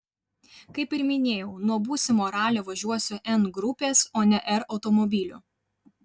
kaip ir minėjau nuo būsimo ralio važiuosiu n grupės o ne r automobiliu